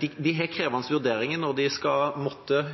De har krevende vurderinger når de skal måtte